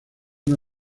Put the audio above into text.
una